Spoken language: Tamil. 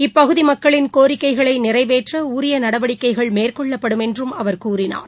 இப்பகுதிமக்களின் கோரிக்கைகளைநிறைவேற்றஉரியநடவடிக்கைகள் மேற்கொள்ளப்படும் என்றம் அவர் கூறினார்